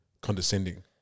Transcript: condescending